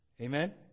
Amen